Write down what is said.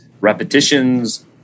repetitions